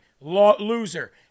loser